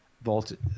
voltage